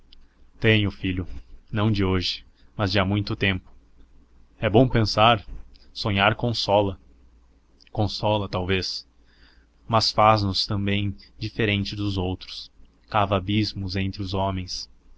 tenho filho não de hoje mas de há muito tempo é bom pensar sonhar consola consola talvez mas faz nos também diferentes dos outros cava abismos entre os homens